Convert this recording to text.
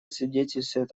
свидетельствует